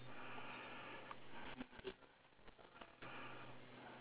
three axes